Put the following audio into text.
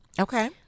Okay